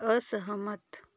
असहमत